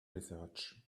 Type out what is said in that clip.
research